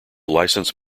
license